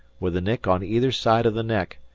with a nick on either side of the neck,